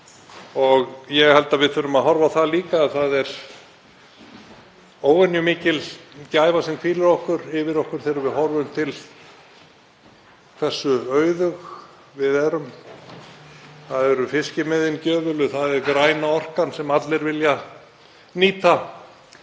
Ég held að við þurfum að horfa á það líka að það er óvenjumikil gæfa sem hvílir yfir okkur þegar við horfum til hversu auðug við erum. Það eru fiskimiðin gjöfulu, það er græna orkan sem allir vilja nýta,